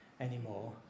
anymore